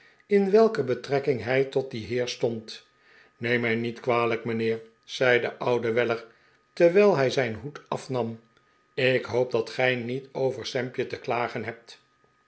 in welke betrekking hij tot dien heer stond neem mij niet kwalijk mijnheer zei de oude weller terwijl hij zijn hoed afnam ik hoop dat gij niet over sampje te klagen hebt